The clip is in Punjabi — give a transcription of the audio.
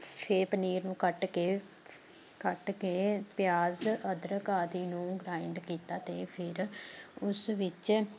ਫਿਰ ਪਨੀਰ ਨੂੰ ਕੱਟ ਕੇ ਕੱਟ ਕੇ ਪਿਆਜ਼ ਅਦਰਕ ਆਦਿ ਨੂੰ ਗਰਾਇੰਡ ਕੀਤਾ ਅਤੇ ਫਿਰ ਉਸ ਵਿੱਚ